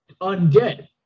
undead